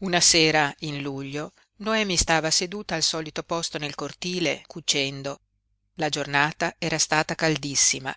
una sera in luglio noemi stava seduta al solito posto nel cortile cucendo la giornata era stata caldissima